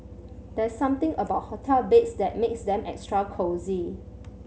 there's something about hotel beds that makes them extra cosy